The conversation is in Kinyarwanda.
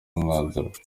umwanzuro